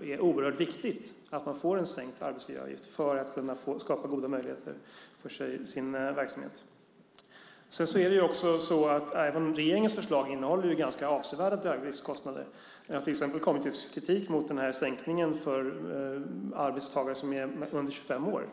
är oerhört viktigt att man får en sänkt arbetsgivaravgift för att de ska kunna skapa goda möjligheter för sin verksamhet. Även regeringens förslag innehåller faktiskt avsevärda dödviktskostnader. Det har till exempel kommit kritik mot sänkningen för arbetstagare som är under 25 år.